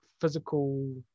physical